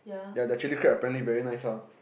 ya their chilli crab apparently very nice lah